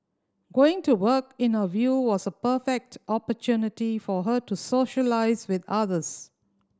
going to work in the view was a perfect opportunity for her to socialise with others